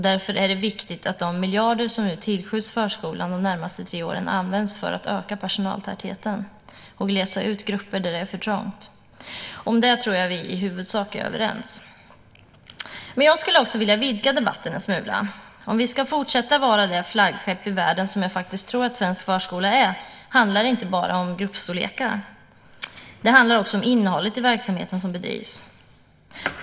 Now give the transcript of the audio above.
Därför är det viktigt att de miljarder som de närmaste tre åren tillskjuts förskolan används till att öka personaltätheten och glesa ut grupper där det är för trångt. Om det tror jag att vi i huvudsak är överens. Jag skulle också vilja vidga debatten en smula. Om vi ska fortsätta att vara det flaggskepp i världen som jag tror att svensk förskola faktiskt är handlar det inte bara om gruppstorlekar. Det handlar också om innehållet i den verksamhet som bedrivs.